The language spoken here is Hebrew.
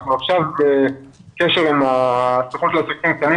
אנחנו עכשיו בקשר עם הסוכנות לעסקים קטנים